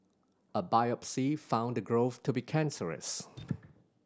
a biopsy found the growth to be cancerous